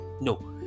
No